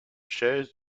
chaise